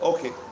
Okay